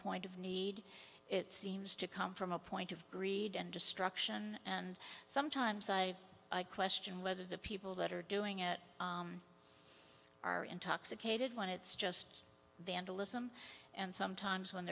point of need it seems to come from a point of greed and destruction and sometimes i question whether the people that are doing it are intoxicated when it's just the end alyssum and sometimes when